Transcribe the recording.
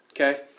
okay